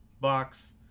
Box